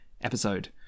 episode